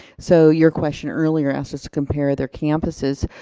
so your question earlier asked us to compare their campuses.